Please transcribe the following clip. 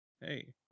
hey